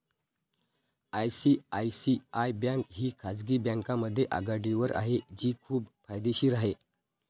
ICICI bank ही खाजगी बँकांमध्ये आघाडीवर आहे जी खूप फायदेशीर आहे